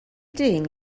dyn